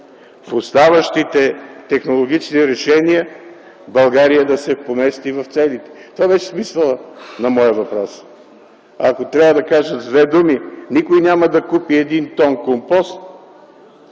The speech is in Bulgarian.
в оставащите технологични решения, така че България да се помести в целите? Това беше смисълът на моя въпрос. Ако трябва да кажа с две думи, никой няма да купи 1 тон компост,